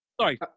Sorry